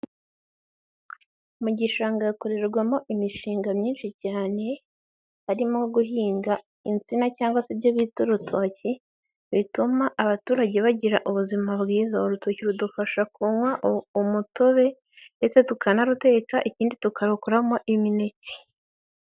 Mu gishanga hakorerwamo imishinga myinshi cyane, harimo guhinga insina cyangwa se ibyo bita urutoki bituma abaturage bagira ubuzima bwiza urutoki rudufasha kunywa umutobe ndetse tukanaruteka ikindi tukarukoramo imineke.